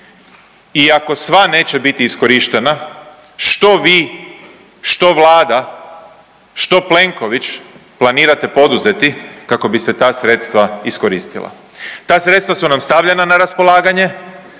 i ako sva neće bit iskorištena što vi, što Vlada, što Plenković planirate poduzeti kako bi se ta sredstva iskoristila? Ta sredstva su nam stavljena na raspolaganje